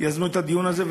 ויזמו את הדיון הזה,